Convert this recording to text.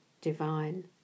divine